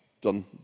done